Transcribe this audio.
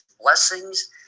blessings